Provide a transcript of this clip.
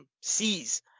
sees